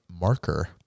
marker